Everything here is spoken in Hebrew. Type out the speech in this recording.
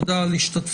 תודה על השתתפותכם.